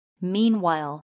Meanwhile